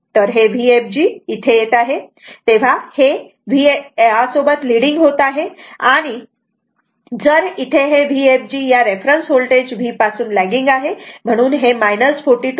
तर हे Vfg इथे येत आहे तेव्हा हे V यासोबत लीडिंग होत आहे आणि जर इथे हे Vfg या रेफरन्स होल्टेज V पासून लेगिंग आहे म्हणून हे 42